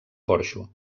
porxo